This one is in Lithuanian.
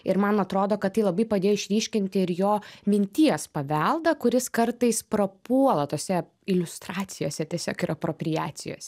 ir man atrodo kad tai labai padėjo išryškinti ir jo minties paveldą kuris kartais prapuola tose iliustracijose tiesiog ir apropriacijose